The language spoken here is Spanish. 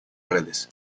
redes